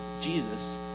Jesus